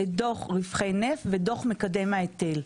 את דו"ח רווחי נפט ודו"ח מקדם ההיטל.